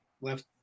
left